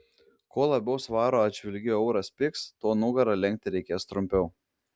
kuo labiau svaro atžvilgiu euras pigs tuo nugarą lenkti reikės trumpiau